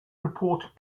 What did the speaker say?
reported